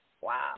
Wow